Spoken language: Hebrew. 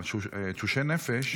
תשושי נפש.